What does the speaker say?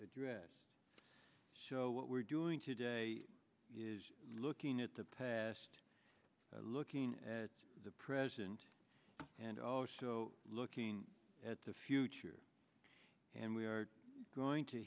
addressed so what we're doing today is looking at the past looking at the present and also looking at the future and we are going to